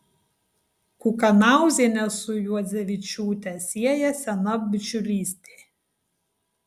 kukanauzienę su juodzevičiūte sieja sena bičiulystė